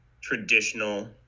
traditional